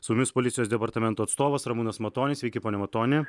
su jumis policijos departamento atstovas ramūnas matonis sveiki pone matoni